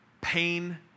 pain